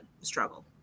struggle